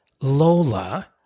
Lola